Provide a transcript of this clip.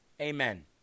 Amen